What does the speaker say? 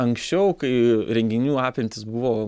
anksčiau kai renginių apimtys buvo